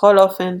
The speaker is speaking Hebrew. בכל אופן,